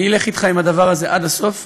אני אלך אתך בדבר הזה עד הסוף,